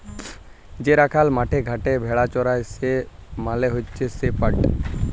যে রাখাল মাঠে ঘাটে ভেড়া চরাই সে মালে হচ্যে শেপার্ড